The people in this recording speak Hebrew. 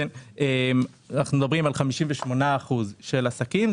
אנחנו מדברים על כ-58% של עסקים.